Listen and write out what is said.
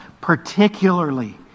particularly